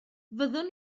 fyddwn